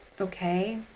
okay